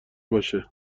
باشه